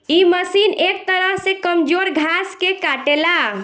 इ मशीन एक तरह से कमजोर घास के काटेला